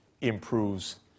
improves